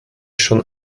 schon